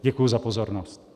Děkuji za pozornost.